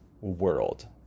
world